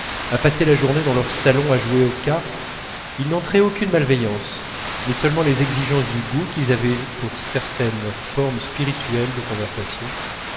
à passer la journée dans leur salon à jouer aux cartes il n'entrait aucune malveillance mais seulement les exigences du goût qu'ils avaient pour certaines formes spirituelles de conversation